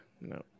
No